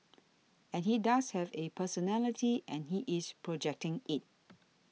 and he does have a personality and he is projecting it